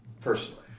Personally